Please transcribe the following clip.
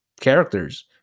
characters